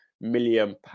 million